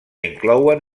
inclouen